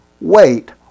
Wait